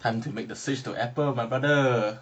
time to make the switch to apple of my brother